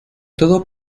todo